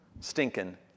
stinking